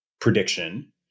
prediction